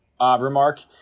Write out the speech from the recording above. remark